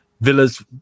Villa's